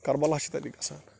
کربلا چھُ تتہِ گژھان